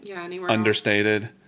understated